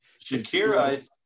Shakira